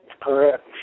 Correct